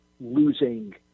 losing